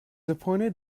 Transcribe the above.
appointed